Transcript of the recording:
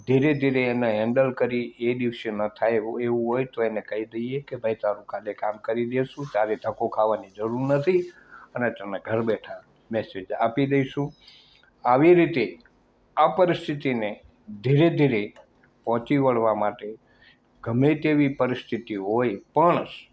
ધીરે ધીરે એને હેન્ડલ કરી એ દિવસે ન થાય એવું એવું હોય તો એને કહીં દઈએ કે ભાઈ તારું કાલે કામ કરી દઈશું તારે ધક્કો ખાવાની જરૂર નથી અન તને ઘરે બેઠા મેસેજ આપી દેશું આવી રીતે આ પરિસ્થિતિને ધીરે ધીરે પહોંચી વળવા માટે ગમે તેવી પરિસ્થિતિ હોય પણ